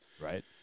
right